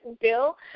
bill